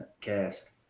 cast